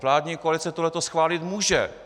Vládní koalice toto schválit může.